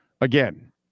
Again